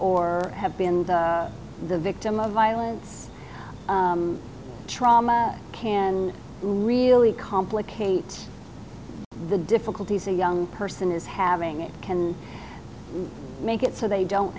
or have been the victim of violence trauma can really complicate the difficulties a young person is having it can make it so they don't